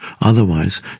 Otherwise